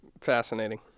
Fascinating